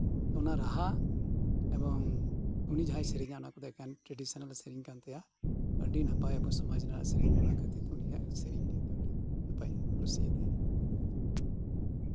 ᱚᱱᱟ ᱨᱟᱦᱟ ᱮᱵᱚᱝ ᱩᱱᱤ ᱡᱟᱸᱦᱟᱭ ᱥᱮᱨᱮᱧᱟ ᱮᱠᱮᱱ ᱴᱨᱮᱰᱤᱥᱚᱱᱟᱞ ᱥᱮᱨᱮᱧ ᱠᱟᱱ ᱛᱟᱭᱟ ᱟᱹᱰᱤ ᱱᱟᱯᱟᱭ ᱱᱚᱣᱟ ᱥᱮᱨᱮᱧ ᱚᱱᱟᱛᱮ ᱩᱱᱤᱭᱟᱜ ᱥᱮᱨᱮᱧ ᱱᱚᱝᱠᱟᱧ ᱠᱩᱥᱤᱭᱟᱛᱟᱭᱟ